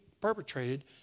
perpetrated